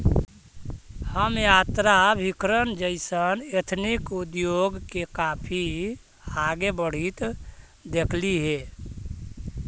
हम यात्राभिकरण जइसन एथनिक उद्योग के काफी आगे बढ़ित देखली हे